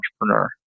entrepreneur